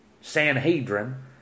Sanhedrin